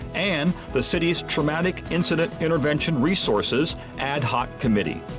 and the city's traumatic incident intervention resources ad hoc committee.